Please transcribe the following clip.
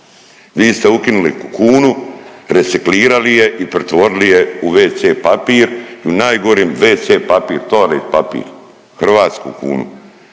Vi ste ukinuli kunu, reciklirali je i pretvorili je wc papir u najgorem wc papir toalet papir hrvatsku kunu.